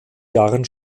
jahren